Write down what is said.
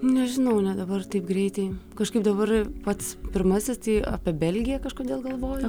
nežinau net dabar taip greitai kažkaip dabar pats pirmasis apie belgiją kažkodėl galvoju